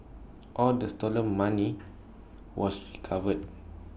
all the stolen money was recovered